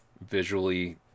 visually